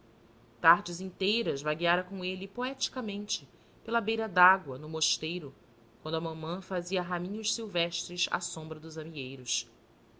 tardes inteiras vagueara com de poeticamente pela beira da água no mosteiro quando a mamã fazia raminhos silvestres à sombra dos amieiros